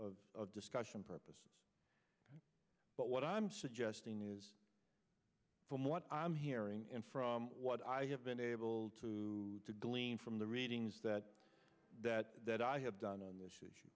sake of discussion purposes but what i'm suggesting is from what i'm hearing and from what i have been able to glean from the readings that that that i have done on this